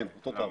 כן אותו הדבר.